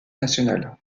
nationale